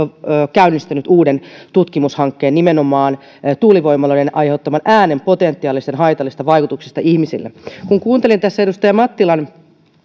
käynnistänyt uuden tutkimushankkeen nimenomaan tuulivoimaloiden aiheuttaman äänen potentiaalisista haitallisista vaikutuksista ihmisille kun kuuntelin tässä edustaja mattilan